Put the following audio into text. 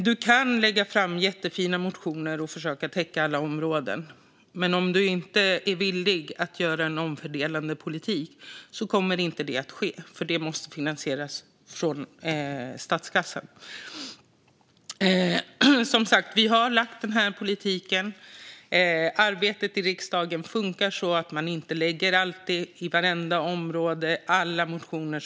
Man kan lämna in jättefina motioner och försöka täcka alla områden. Men om man inte är villig att göra en omfördelning kommer inget att ske, för det måste finansieras av statskassan. Vi har lagt fram vår politik. Arbetet i riksdagen funkar så att man inte alltid motionerar om allt på alla områden.